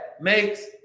makes